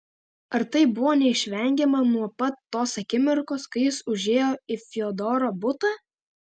ar tai buvo neišvengiama nuo pat tos akimirkos kai jis užėjo į fiodoro butą